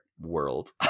world